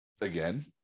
again